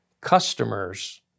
customers